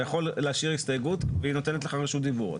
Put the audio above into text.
אתה יכול להשאיר הסתייגות והיא נותנת לך רשות דיבור.